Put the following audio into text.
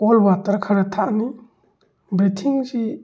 call water ꯈꯔ ꯊꯛꯑꯅꯤ ꯕ꯭ꯔꯤꯊꯤꯡꯁꯤ